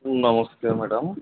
ଉଁ ନମସ୍କାର ମ୍ୟାଡ଼ମ୍